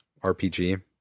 RPG